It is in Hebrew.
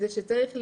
זה שצריך לראות,